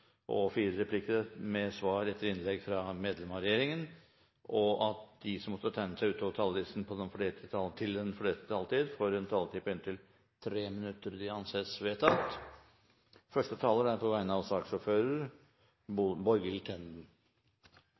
til fire replikker med svar etter innlegg fra medlemmer av regjeringen innenfor den fordelte taletid. Videre vil presidenten foreslå at de som måtte tegne seg på talerlisten utover den fordelte taletid, får en taletid på inntil 3 minutter. – Det anses vedtatt. Første taler er Borghild Tenden, som har ordet på vegne av